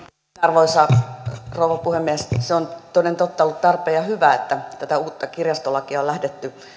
arvoisa rouva puhemies se on toden totta ollut tarpeen ja hyvä että tätä uutta kirjastolakia on lähdetty